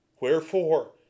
Wherefore